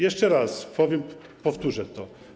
Jeszcze raz powiem to, powtórzę to.